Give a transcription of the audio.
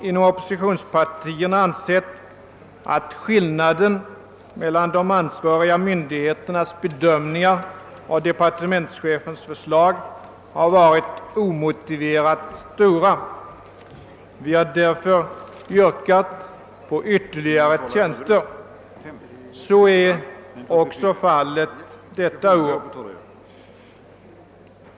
Inom oppesitionspartierna har vi ansett att skillnaden mellan de ansvariga myndigheternas bedömningar och departementschefens förslag har varit omotiverat stor. Vi har därför yrkat på ytterligare tjänster. Så är fallet också detta år.